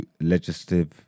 legislative